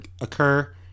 occur